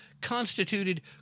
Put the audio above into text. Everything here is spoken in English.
constituted